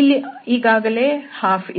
ಇಲ್ಲಿ ಈಗಾಗಲೇ 12 ಇದೆ